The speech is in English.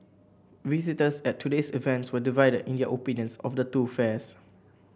visitors at today's events were divided in their opinions of the two fairs